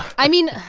i mean,